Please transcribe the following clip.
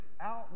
out